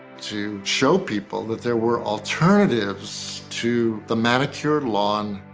to show people that there were alternatives to the manicured lawn,